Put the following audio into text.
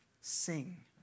Sing